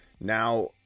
now